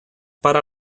para